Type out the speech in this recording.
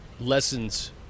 lessons